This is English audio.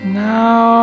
now